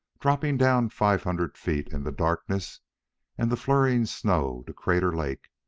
dropping down five hundred feet in the darkness and the flurrying snow to crater lake,